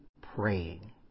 praying